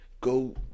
go